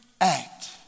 act